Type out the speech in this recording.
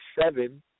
seven